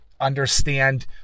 understand